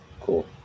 cool